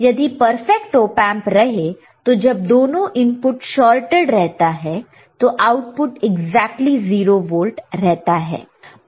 यदि perfect open रहे तो जब दोनों इनपुट शॉर्टेड रहता है तो आउटपुट एग्जैक्टली 0 वोल्ट रहता है